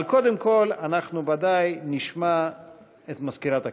אבל קודם כול, ודאי נשמע את מזכירת הכנסת.